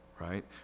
right